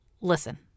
listen